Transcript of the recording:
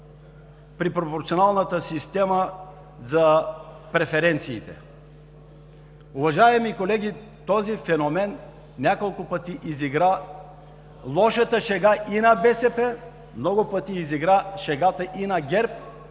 за пропорционалната система за преференциите. Уважаеми колеги, този феномен няколко пъти изигра лоша шега и на БСП, много пъти изигра шегата и на ГЕРБ,